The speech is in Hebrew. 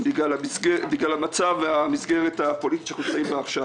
בגלל המצב והמסגרת הפוליטית שאנחנו נמצאים עכשיו,